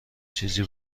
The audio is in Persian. چیزی